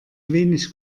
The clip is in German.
wenig